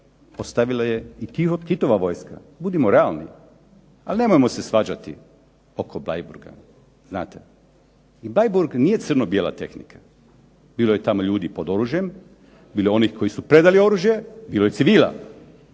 ostavila je i Titova vojska. Budimo realni, ali nemojmo se svađati oko Bleiburga. I Bleiburg nije crno-bijela tehnika. Bilo je tamo ljudi pod oružjem, bilo je onih koji su predali oružje, bilo je civila.